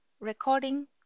Recording